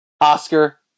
Oscar